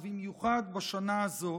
ובמיוחד בשנה הזו,